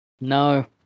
No